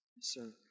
sir